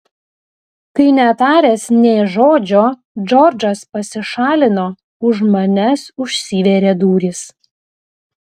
kai netaręs nė žodžio džordžas pasišalino už manęs užsivėrė durys